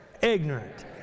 ignorant